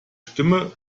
stimme